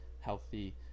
healthy